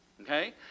Okay